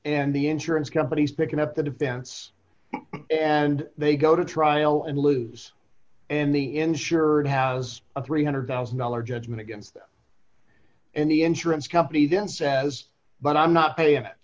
and the insurance companies picking up the defense and they go to trial and lose and the insured have a three hundred thousand dollars judgment against them and the insurance company then says but i'm not paying